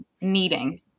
needing